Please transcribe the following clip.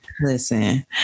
Listen